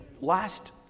last